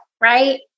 Right